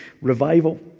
revival